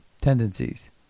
tendencies